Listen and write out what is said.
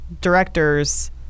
directors